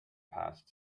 past